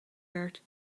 werd